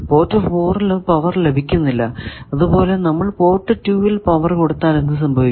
port 4 power ലഭിക്കില്ല അതുപോലെ നമ്മൾ പോർട്ട് 2 ൽ പവർ കൊടുത്താൽ എന്ത് സംഭവിക്കും